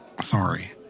Sorry